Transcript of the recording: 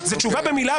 זאת תשובה במילה,